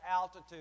altitude